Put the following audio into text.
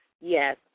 yes